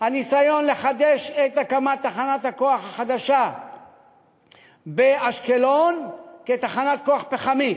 הניסיון לחדש את הקמת תחנת הכוח החדשה באשקלון כתחנת כוח פחמית,